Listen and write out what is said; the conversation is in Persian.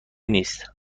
نیست